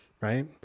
right